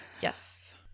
Yes